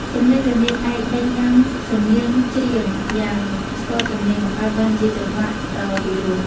សំឡេងរនាតឯកដេញតាមសំនៀងច្រៀងយ៉ាងស្ទាត់ជំនាញ បង្កើតបានជាចង្វាក់ដ៏ពីរោះ។